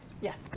Yes